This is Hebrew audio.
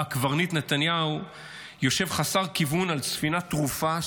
שבה הקברניט נתניהו יושב חסר כיוון על ספינה טרופה,